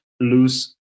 lose